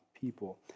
people